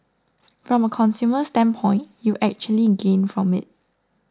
from a consumer standpoint you actually gain from it